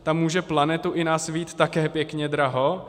Ta může planetu i nás vyjít také pěkně draho.